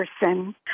person